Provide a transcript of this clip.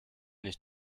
nicht